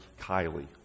Kylie